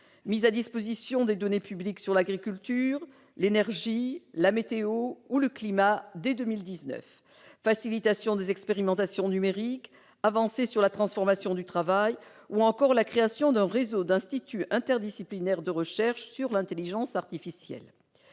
mise à disposition des données publiques sur l'agriculture, l'énergie, la météo ou le climat dès 2019, facilitation des expérimentations numériques, avancées sur la transformation du travail ou encore création d'un réseau d'instituts interdisciplinaires de recherche sur l'intelligence artificielle.